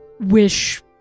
wish